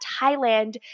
Thailand